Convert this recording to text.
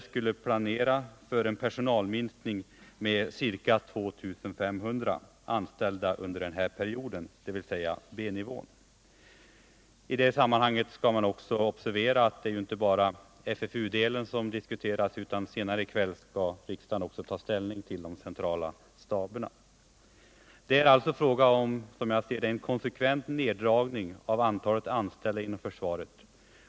skulle planera för en personalminskning med ca 2 500 under perioden. I det sammanhanget bör också observeras att det inte bara är den del som försvarets fredsorganisationsutredning sysslade med som diskuteras. Senare i kväll skall riksdagen också ta ställning till de centrala staberna. Som jag ser det, är det fråga om en konsekvent neddragning av antalet anställda inom försvaret.